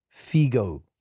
Figo